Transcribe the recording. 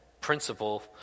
principle